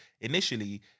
initially